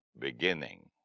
beginning